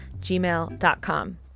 gmail.com